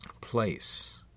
place